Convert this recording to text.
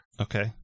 Okay